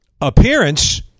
appearance